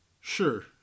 sure